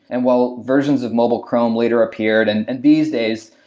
and while versions of mobile chrome later appeared and and these days,